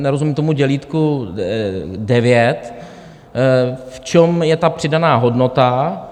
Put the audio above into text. Nerozumím tomu dělítku devět, v čem je ta přidaná hodnota.